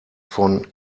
von